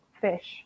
fish